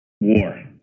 War